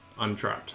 untrapped